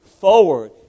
forward